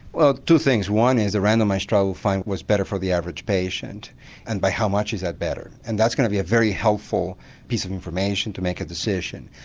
two things, one is a randomised trial we find was better for the average patient and by how much is that better? and that's going to be a very helpful piece of information to make a decision.